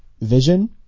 Vision